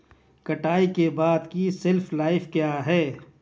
कटाई के बाद की शेल्फ लाइफ क्या है?